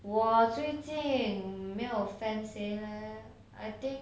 我最近没有 fans leh I think